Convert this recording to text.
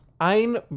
Ein